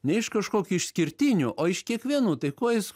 ne iš kažkokių išskirtinių o iš kiekvienų tai kuo jis